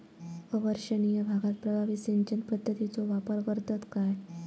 अवर्षणिय भागात प्रभावी सिंचन पद्धतीचो वापर करतत काय?